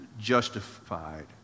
justified